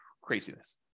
Craziness